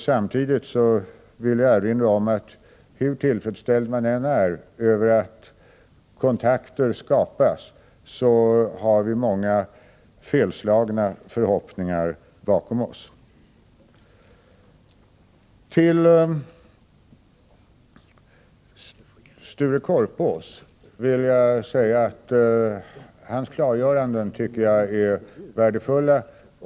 Samtidigt vill jag erinra om att hur tillfredsställd man än är över att kontakter skapas, har vi bakom oss många förhoppningar som slagit fel. Till Sture Korpås vill jag säga att jag tycker att hans klargöranden är värdefulla.